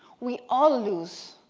we all lose.